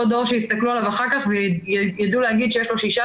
אותו דור שיסתכלו עליו אחר כך ויידעו להגיד שיש לו 6%,